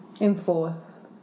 enforce